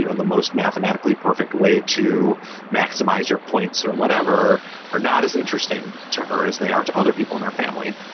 you know the most mathematically perfect way to maximize your points or whatever are not as interesting to her as they are to other people in our family.